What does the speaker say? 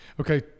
Okay